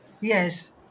yes